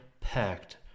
packed